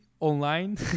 online